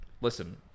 listen